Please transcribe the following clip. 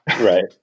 Right